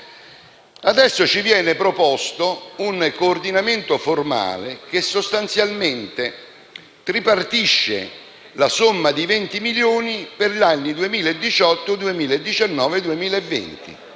Adesso ci viene proposto un coordinamento formale che sostanzialmente tripartisce la somma di 20 milioni per gli anni 2018, 2019 e 2020,